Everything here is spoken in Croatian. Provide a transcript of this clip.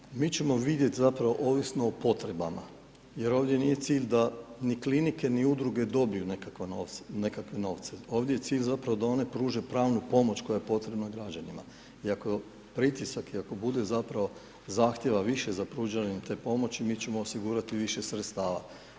Hvala, mi ćemo vidjet zapravo ovisno o potrebama jer ovdje nije cilj da ni klinike ni udruge dobiju nekakve novce, ovdje je cilj zapravo da one pruže pravnu pomoć koja je potrebna građanima i ako pritisak i ako bude zapravo zahtjeva više za pružanjem te pomoći mi ćemo osigurati više sredstava.